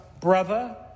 brother